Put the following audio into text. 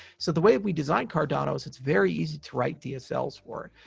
so the way we designed cardano is it's very easy to write dsls for it,